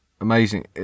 amazing